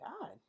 god